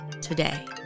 today